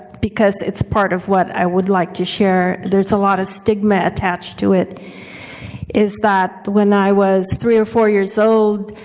because it's part of what i would like to share. there's a lot of stigma attached to it is that when i was three or four years old,